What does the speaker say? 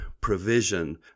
provision